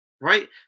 Right